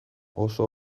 oso